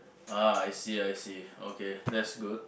ah I see I see okay that's good